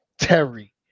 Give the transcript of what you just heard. Terry